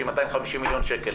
שהיא 250 מיליון שקל.